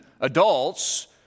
adults